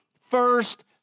first